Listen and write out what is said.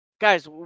guys